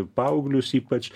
paauglius ypač